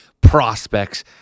prospects